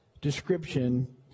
description